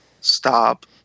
Stop